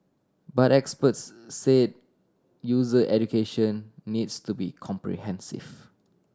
but experts say user education needs to be comprehensive